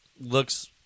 looks